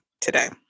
today